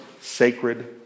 sacred